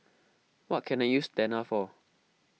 what can I use Tena for